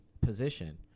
position